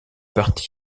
partie